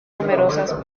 numerosas